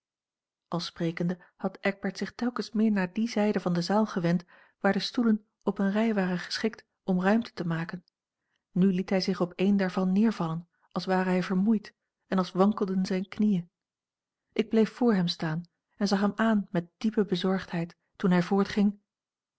al sprekende had eckbert zich telkens meer naar die zijde van de zaal gewend waar de stoelen op een rij waren geschikt om ruimte te maken nu liet hij zich op een daarvan neervallen als ware hij vermoeid en als wankelden zijne knieën ik bleef voor hem staan en zag hem aan met diepe bezorgdheid toen hij